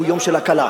הוא יום של הקלה,